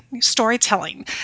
storytelling